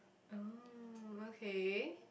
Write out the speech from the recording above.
oh okay